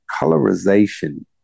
colorization